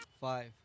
Five